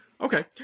Okay